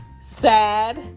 sad